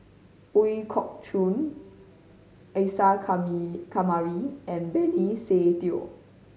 Ooi Kok Chuen Isa Kamari and Benny Se Teo